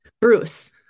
bruce